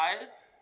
eyes